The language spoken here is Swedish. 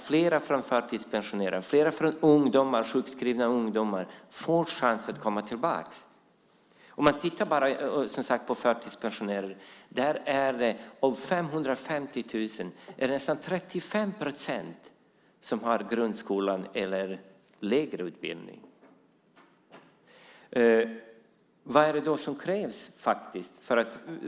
Fler förtidspensionerade och fler sjukskrivna ungdomar skulle få chans att komma tillbaka. Om man tittar bara på förtidspensionärerna ser man att av 550 000 är det nästan 35 procent som har grundskola eller lägre utbildning. Vad är det då som krävs?